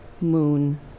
moon